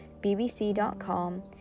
BBC.com